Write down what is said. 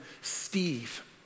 Steve